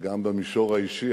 גם במישור האישי.